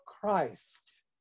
Christ